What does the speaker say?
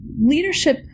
Leadership